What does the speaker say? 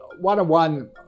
one-on-one